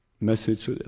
message